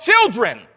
children